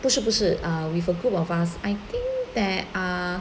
不是不是 err with a group of us I think there are